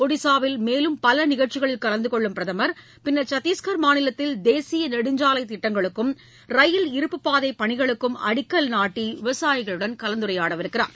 ஒடிசாவில் மேலும் பல நிகழ்ச்சிகளில் கலந்து கொள்ளும் அவர் பின்னர் சத்திஷ்கர் மாநிலத்தில் தேசிய நெடுஞ்சாலைத் திட்டங்களுக்கும் ரயில் இருப்புப் பாதை பணிகளுக்கும் அடிக்கல் நாட்டி பின்னர் விவசாயிகளுடன் கலந்துரையாடவுள்ளார்